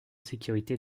sécurité